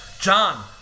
John